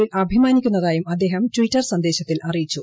യിൽ അഭിമാനിക്കുന്നതായും അദ്ദേഹം ട്വീറ്റർ സന്ദേശത്തിൽ അറിയിച്ചു